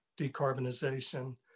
decarbonization